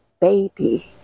baby